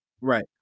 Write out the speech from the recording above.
Right